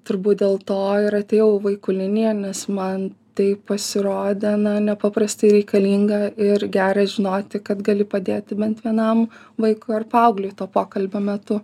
turbūt dėl to ir atėjau į vaikų linija nes man tai pasirodė na nepaprastai reikalinga ir gera žinoti kad gali padėti bent vienam vaikui ar paaugliui to pokalbio metu